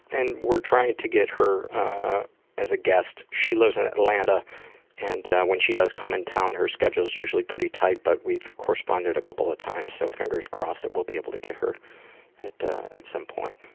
and, we're trying to get her as a guest. she lives in atlanta and when she does come in town, her schedule is usually pretty tight but we've corresponded a couple of times so fingers crossed, we will be able to get her at at some point.